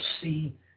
see